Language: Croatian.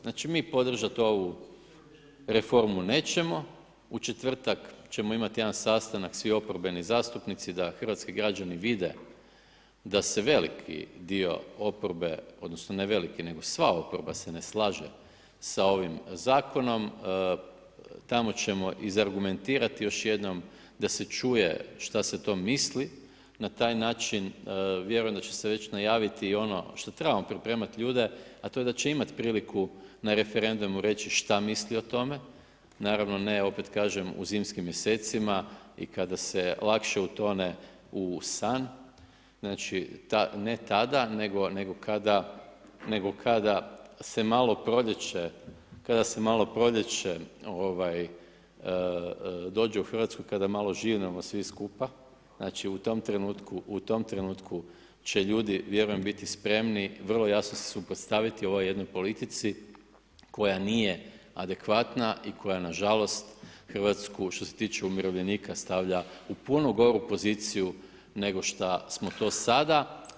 Znači mi podržat ovu reformu nećemo, u četvrtak ćemo imat jedan sastanak svi oporbeni zastupnici da hrvatski građani vide da se veliki dio oporbe, odnosno ne veliki nego sva oporba se ne slaže sa ovim zakonom, tamo ćemo iz argumentirati još jednom da se čuje šta se to misli, na taj način vjerujem da će se već najaviti i ono šta trebamo pripremat ljude a to je da će imat priliku na referendumu reći šta misli o tome, naravno ne opet kažem u zimskim mjesecima i kada se lakše utone u san, znači ne tada, nego kada se malo proljeće, ovaj dođe u Hrvatsku i kada malo živnemo svi skupa, znači u tom trenutku će ljudi vjerujem biti spremni vrlo jasno se suprotstaviti ovoj jednoj politici koja nije adekvatna i koja nažalost Hrvatsku što se tiče umirovljenika stavlja u puno goru poziciju nego šta smo to sada.